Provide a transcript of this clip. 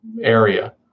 area